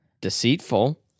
deceitful